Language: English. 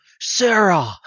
Sarah